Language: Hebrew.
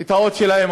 את האות שלהם,